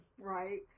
Right